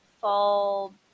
fall